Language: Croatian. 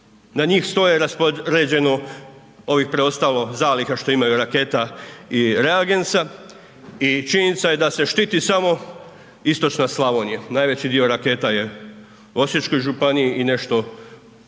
na njih 100 je raspoređeno ovih preostalo zaliha što imaju raketa i reagensa i činjenica je da se štiti samo istočna Slavonija, najveći dio raketa je u Osječkoj županiji i nešto u